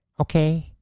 Okay